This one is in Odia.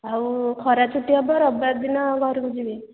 ଆଉ ଖରା ଛୁଟି ହେବ ରବିବାର ଦିନ ଘରକୁ ଯିବି